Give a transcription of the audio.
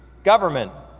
government,